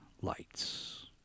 lights